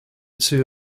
two